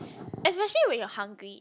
especially when you're hungry